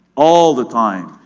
all the time,